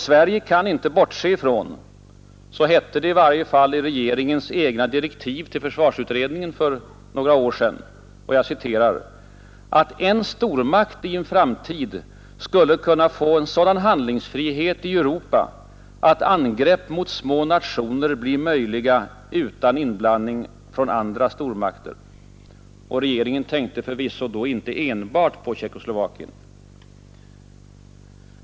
Sverige kan inte ”bortse ifrån” — så hette det i varje fall i regeringens egna direktiv till försvarsutredningen för några år sedan — ”att en stormakt i en framtid skulle kunna få en sådan handlingsfrihet i Europa, att angrepp mot små nationer blir möjliga utan inblandning från andra stormakter”. Och regeringen tänkte förvisso då inte enbart på Tjeckoslovakien.